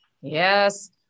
Yes